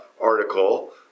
article